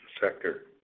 sector